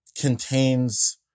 contains